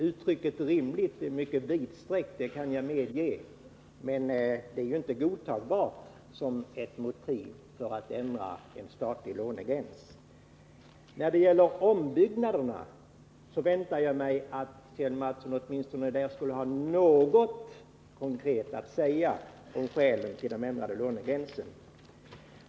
Uttrycket rimlig är visserligen mycket vidsträckt, det kan jag medge, men det är ändå inte godtagbart som ett motiv för att ändra en statlig lånegräns. När det gäller ombyggnaderna väntade jag mig att Kjell Mattsson skulle ha åtminstone något konkret att säga om skälen till den ändrade lånegränsen.